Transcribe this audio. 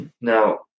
now